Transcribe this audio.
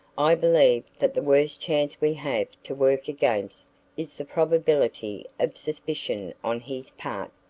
i believe that the worst chance we have to work against is the probability of suspicion on his part.